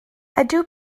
ydw